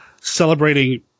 celebrating